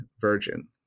virgin